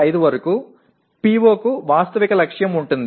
5 వరకు POకు వాస్తవిక లక్ష్యం ఉంటుంది